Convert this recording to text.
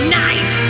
night